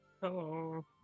Hello